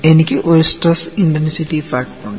എനിക്ക് ഒരു stress intensity factor ഉണ്ട്